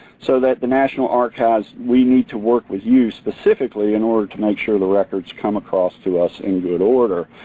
so at the national archives we need to work with you specifically in order to make sure the records come across to us in good order.